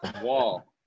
wall